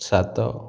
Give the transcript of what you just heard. ସାତ